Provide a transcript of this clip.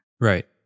Right